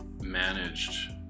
managed